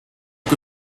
que